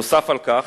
נוסף על כך,